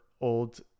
old